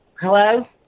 Hello